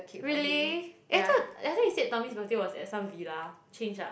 really eh I thought I thought you said Tommy's birthday was at some villa change ah